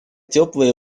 теплые